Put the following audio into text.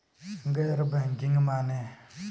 गैर बैंकिंग माने?